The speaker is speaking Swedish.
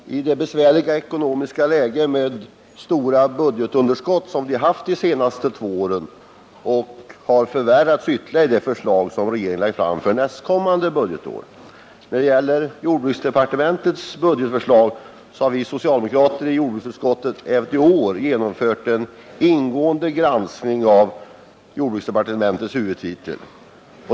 Herr talman! I det besvärliga ekonomiska läge med stora budgetunderskott, som vi haft de senaste två åren och som kommer att förvärras ytterligare under nästkommande budgetår genom det budgetförslag som regeringen framlagt för jordbruksdepartementets verksamhet, har vi socialdemokrater i jordbruksutskottet även i år gjort en ingående granskning av jordbruksdepartementets huvudtitel.